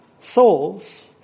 souls